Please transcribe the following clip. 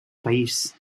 país